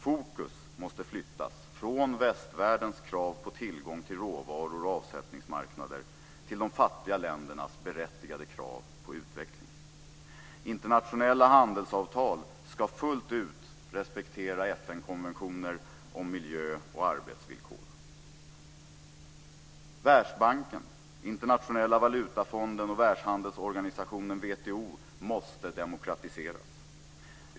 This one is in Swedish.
Fokus måste flyttas från västvärldens krav på tillgång till råvaror och avsättningsmarknader till de fattiga ländernas berättigade krav på utveckling. Världsbanken, Internationella valutafonden och världshandelsorganisationen WTO måste demokratiseras.